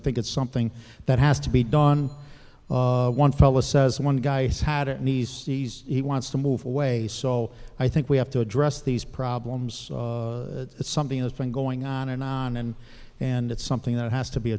think it's something that has to be done one fella says one guy he's had it needs sees he wants to move away so i think we have to address these problems it's something that's been going on and on and and it's something that has to be